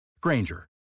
Granger